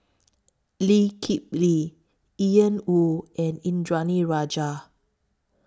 Lee Kip Lee Ian Woo and Indranee Rajah